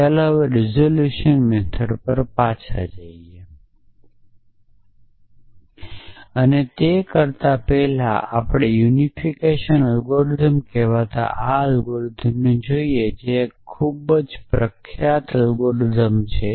ચાલો હવે resolution method પર પાછા જઈએ અને તે કરતા પહેલા આપણે યુનિફિકેશન એલ્ગોરિધમકહેવાતા આ એલ્ગોરિધમનો જોઈએ છે જે એક ખૂબ પ્રખ્યાત એલ્ગોરિધમછે